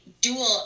dual